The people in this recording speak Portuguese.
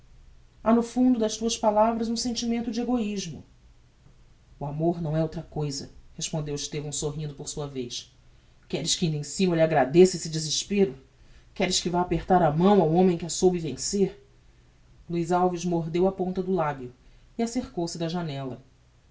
no fundo das tuas palavras um sentimento de egoismo o amor não é outra cousa respondeu estevão sorrindo por sua vez queres que inda em cima lhe agradeça este desespero queres que vá apertar a mão ao homem que a soube vencer luiz alves mordeu a ponta do labio e acercou-se da janella